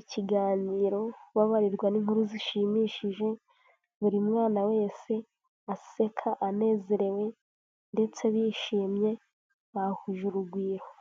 ikiganiro, babarirwa n'inkuru zishimishije, buri mwana wese aseka anezerewe ndetse bishimye bahuje urugwiro.